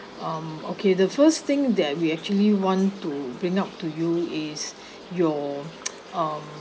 um okay the first thing that we actually want to bring up to you is your um